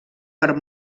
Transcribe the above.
per